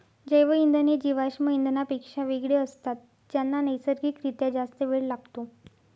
जैवइंधन हे जीवाश्म इंधनांपेक्षा वेगळे असतात ज्यांना नैसर्गिक रित्या जास्त वेळ लागतो